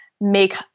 make